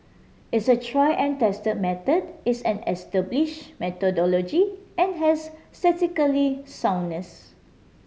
it's a try and test method it's an establish methodology and has statistically soundness